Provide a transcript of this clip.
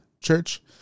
church